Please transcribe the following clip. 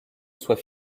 soit